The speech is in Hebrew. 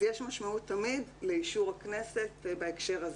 אז יש משמעות תמיד לאישור הכנסת בהקשר הזה,